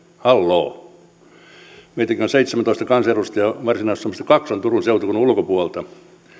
halloo meitäkin on seitsemäntoista kansanedustajaa varsinais suomesta kaksi on turun seutukunnan ulkopuolelta